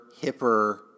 hipper